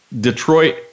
Detroit